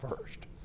first